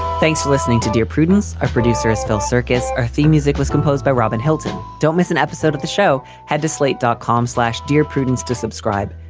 thanks for listening to dear prudence, our producer, phil circus. our theme music was composed by robin hilton. don't miss an episode of the show. head to slate dot com, slash dear prudence to subscribe.